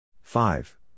Five